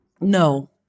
no